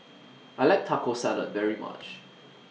I like Taco Salad very much